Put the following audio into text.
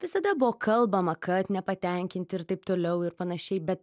visada buvo kalbama kad nepatenkinti ir taip toliau ir panašiai bet